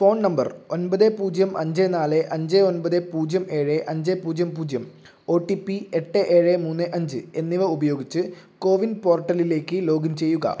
phone number ഒൻപത് പൂജ്യം അഞ്ച് നാല് അഞ്ച് ഒൻപത് പൂജ്യം ഏഴ് അഞ്ച് പൂജ്യം പൂജ്യം ഒ ടി പി എട്ട് ഏഴ് മൂന്ന് അഞ്ച് എന്നിവ ഉപയോഗിച്ച് കോവിൻ പോർട്ടലിലേക്ക് ലോഗിൻ ചെയ്യുക